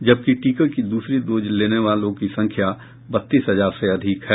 जबकि टीके की दूसरी डोज लेने वालों की संख्या बत्तीस हजार से अधिक है